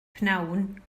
pnawn